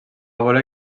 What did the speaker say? voler